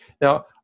now